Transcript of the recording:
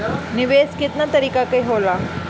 निवेस केतना तरीका के होला?